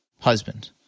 husband